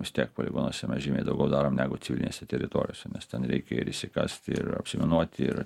vis tiek poligonuose mes žymiai daugiau darom negu civilinėse teritorijose nes ten reikia ir išsikasti ir apsiminuoti ir